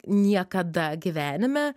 niekada gyvenime